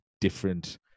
different